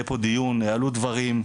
יהיה פה דיון, יעלו דברים.